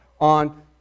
on